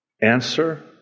Answer